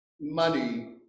money